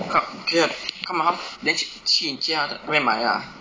co~ okay come my house then 去你家那边买 ah